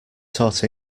taught